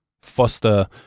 foster